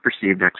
perceived